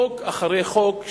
חוק אחרי חוק,